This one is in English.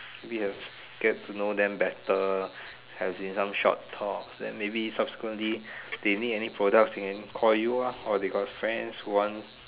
maybe have get to know them better have in some short talks then maybe subsequently they need any product they can call you ah or they got friend who want